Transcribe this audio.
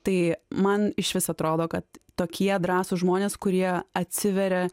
tai man išvis atrodo kad tokie drąsūs žmonės kurie atsiveria